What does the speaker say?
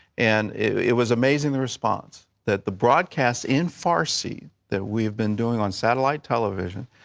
and it was amazing the response, that the broadcasts in farsi that we have been doing on satellite television,